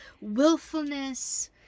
willfulness